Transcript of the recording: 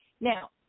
Now